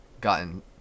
gotten